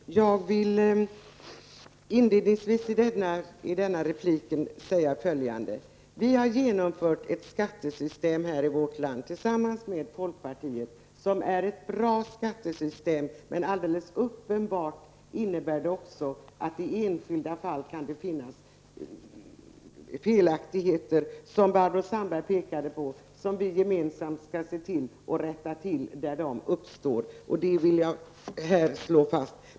Herr talman! Jag vill inledningsvis i denna replik säga att vi tillsammans med folkpartiet har genomfört ett bra skattesystem i vårt land. Men alldeles uppenbart kan det i enskilda fall uppstå felaktigheter, som Barbro Sandberg pekade på, och som vi gemensamt skall rätta till. Det vill jag slå fast.